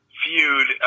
feud